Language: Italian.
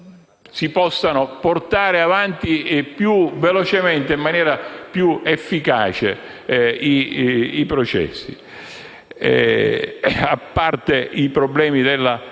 si possano portare avanti più velocemente e in maniera più efficace i processi. A parte i problemi della